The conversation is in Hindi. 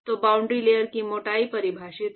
तो बाउंड्री लेयर की मोटाई परिभाषित है